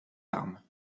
armes